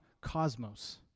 Cosmos